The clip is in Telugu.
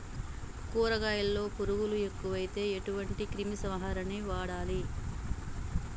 కూరగాయలలో పురుగులు ఎక్కువైతే ఎటువంటి క్రిమి సంహారిణి వాడాలి?